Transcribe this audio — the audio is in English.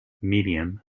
medium